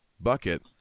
bucket